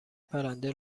پرنده